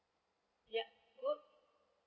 yup good